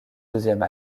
deuxième